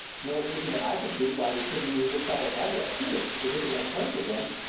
no reason that i can see why we shouldn't use this fellow's address, too, if we can make terms with him.